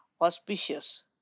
auspicious